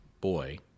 boy